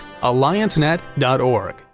Alliancenet.org